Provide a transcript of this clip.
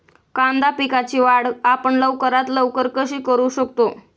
कांदा पिकाची वाढ आपण लवकरात लवकर कशी करू शकतो?